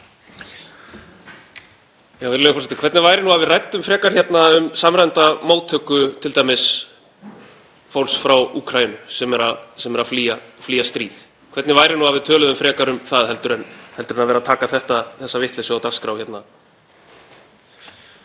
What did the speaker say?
Hvernig væri að við ræddum frekar hérna um samræmda móttöku t.d. fólks frá Úkraínu sem er að flýja stríð? Hvernig væri nú að við töluðum frekar um það en að vera að taka þessa vitleysu á dagskrá hérna?